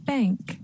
Bank